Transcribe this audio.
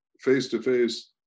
face-to-face